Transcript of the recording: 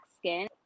Skin